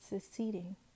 succeeding